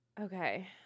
Okay